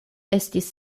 estis